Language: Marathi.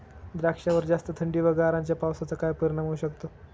द्राक्षावर जास्त थंडी व गारांच्या पावसाचा काय परिणाम होऊ शकतो?